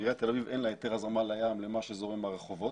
לעיריית תל אביב אין היתר הזרמה לים למה שזורם ברחובות.